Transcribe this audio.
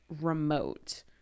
remote